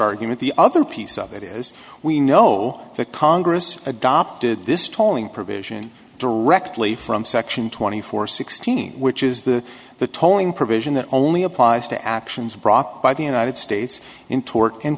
argument the other piece of it is we know that congress adopted this tolling provision directly from section twenty four sixteen which is the the tolling provision that only applies to actions brought by the united states in